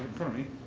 for me